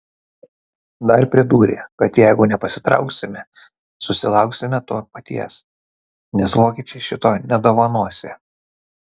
dar pridūrė kad jeigu nepasitrauksime susilauksime to paties nes vokiečiai šito nedovanosią